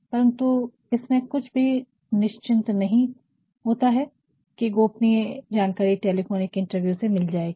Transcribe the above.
परंतु इसमें कुछ भी निश्चिंता नहीं होती है कि गोपनीय जानकारी टेलीफोनिक इंटरव्यू से मिल जाएगी